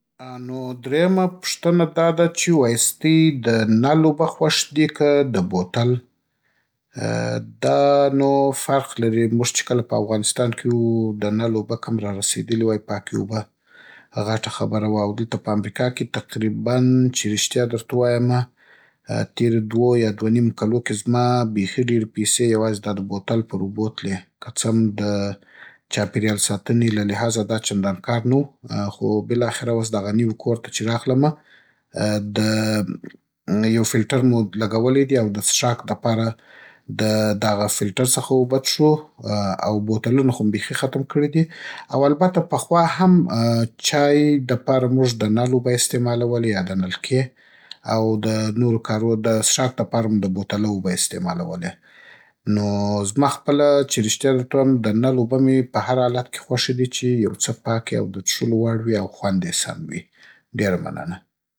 آ نو درېيمه پوښتنه دا ده چې وای ستۍ د نل اوبه خوښې دي که د بوتل. دا نو فرق لري. موږ چې کله په اوغانستان کې و، د نل اوبه کم رارسېدلي وای، پاکې اوبه، غټه خبره وه. او دلته په امريکا کې تقریبن چې ريشتیا درته ووايمه تېرو دوو يا دوه نيمو کلو کې زما بېخي ډېرې پیسې یوازې دا د بوتل پر اوبو تلې. که څم د چاپېريال ساتنې له لحاظه دا چندان کار نه و. خو بېلاخره اوس دغه نوي کور ته چې راغلمه، د يو فېلټر مو لګولی دی؛ او د څښاک دپاره د دغه فېلټر څخه اوبه چښو؛ او بوتلونه خو مې بېخي ختم کړي دي؛ او البته پخوا هم چای د پاره موږ د نل اوبه اېستېمالولې يا د نلکې؛ او د نورو کارو، د څښاک د پاره مو د بوتله اوبه اېستېمالولې. نو زما خپله چې ريشتيا درته ووایم د نل اوبه مې په هر حالت کې خوښې دي چې يو څه پاکې او د چښلو وړ وي او خوند يې سم وي. ډېره مننه.